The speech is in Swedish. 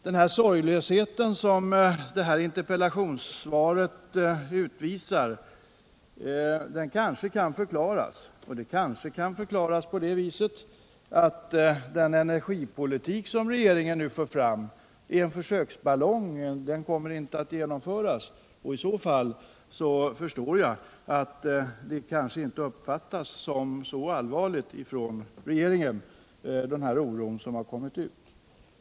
Den sorglöshet som interpellationssvaret utvisar kanske kan förklaras, och den kanske kan förklaras på det viset att den energipolitik som regeringen nu för fram är en försöksballong, dvs. att förslagen kanske inte kommer att genomföras. I så fall förstår jag att regeringen inte uppfattar denna oro som så allvarlig som den i själva verket är.